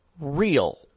real